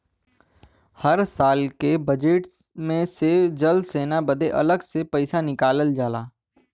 हर साल के बजेट मे से जल सेना बदे अलग से पइसा निकालल जाला